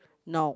no